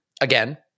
again